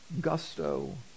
gusto